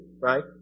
right